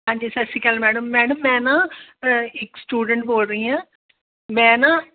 ਹਾਂਜੀ Sat Sri Akal madam madam ਮੈਂ ਨਾ ਇੱਕ ਸਟੂਡੈਂਟ ਬੋਲ ਰਹੀ ਹਾਂ ਮੈਂ ਨਾ